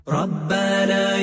Rabbana